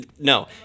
No